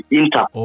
inter